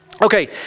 Okay